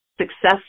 success